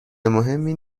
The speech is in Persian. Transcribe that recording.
مهمی